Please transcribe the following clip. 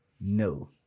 no